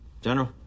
General